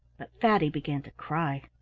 but fatty began to cry.